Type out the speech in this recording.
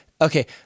Okay